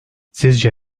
sizce